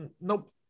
Nope